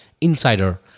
insider